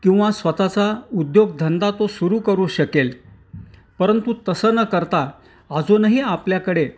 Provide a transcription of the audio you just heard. किंवा स्वत चा उद्योगधंदा तो सुरू करू शकेल परंतु तसं न करता अजूनही आपल्याकडे